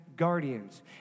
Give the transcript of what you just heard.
guardians